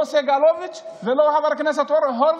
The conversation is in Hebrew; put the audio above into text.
לא סגלוביץ' ולא חבר הכנסת הורוביץ,